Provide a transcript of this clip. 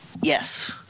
Yes